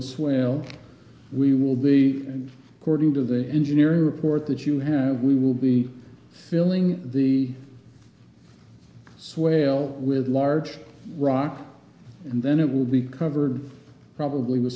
a swale we will be according to the engineering report that you have we will be filling the swale with a large rock and then it will be covered probably was